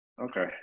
Okay